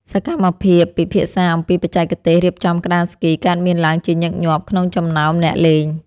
សកម្មភាពពិភាក្សាអំពីបច្ចេកទេសរៀបចំក្ដារស្គី កើតមានឡើងជាញឹកញាប់ក្នុងចំណោមអ្នកលេង។